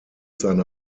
seine